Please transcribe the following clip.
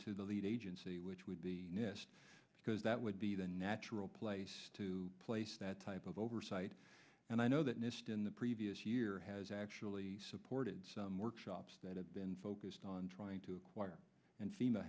to the lead agency which would be nist because that would be the natural place to place that type of oversight and i know that nist in the previous year has actually supported some workshops that have been focused on trying to acquire and fema